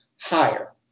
higher